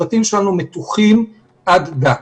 הצוותים שלנו מתוחים עד דק.